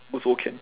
also can